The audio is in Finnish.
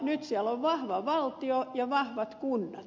nyt siellä on vahva valtio ja vahvat kunnat